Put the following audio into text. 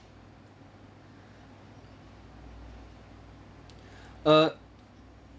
uh